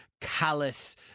callous